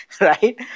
right